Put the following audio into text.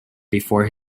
before